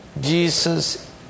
Jesus